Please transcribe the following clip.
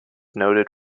noted